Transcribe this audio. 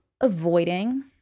avoiding